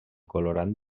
colorant